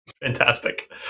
Fantastic